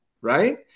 right